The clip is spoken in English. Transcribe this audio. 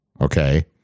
okay